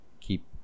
keep